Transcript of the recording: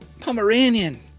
Pomeranian